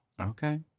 Okay